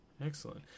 Excellent